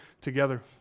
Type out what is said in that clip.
together